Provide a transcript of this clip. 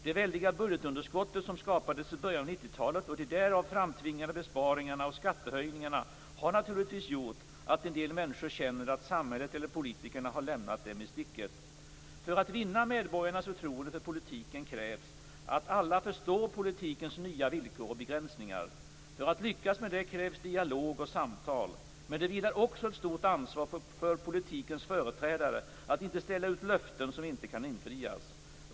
Det väldiga budgetunderskott som skapades i början av 1990-talet och de därav framtvingade besparingarna och skattehöjningarna har naturligtvis gjort att en del människor känner att samhället, eller politikerna, har lämnat dem i sticket. För att vinna medborgarnas förtroende för politiken krävs att alla förstår politikens nya villkor och begränsningar. För att lyckas med det krävs dialog och samtal. Men det vilar också ett stort ansvar på politikens företrädare att inte ställa ut löften som inte kan infrias.